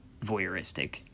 voyeuristic